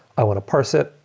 i want to parse it,